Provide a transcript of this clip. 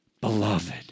Beloved